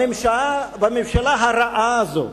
בממשלה הרעה הזאת